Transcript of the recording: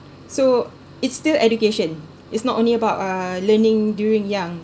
so it's still education it's not only about uh learning during young